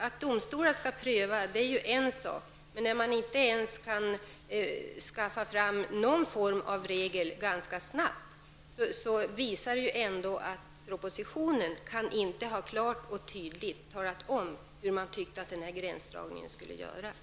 Att domstolarna skall pröva lagstiftningen är en sak, men när man inte ens kan fastställa något slags regel, och det ganska snabbt, visar detta att regeringen inte i propositionen klart och tydligt talat om hur man anser att denna gränsdragning skall göras.